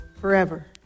forever